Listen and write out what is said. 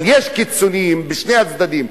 אבל יש קיצונים בשני הצדדים,